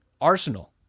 Arsenal